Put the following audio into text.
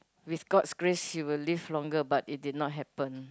with god's grace he will live longer but it did not happen